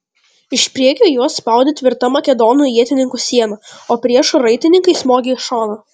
iš priekio juos spaudė tvirta makedonų ietininkų siena o priešo raitininkai smogė iš šono